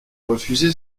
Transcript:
refusé